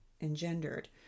engendered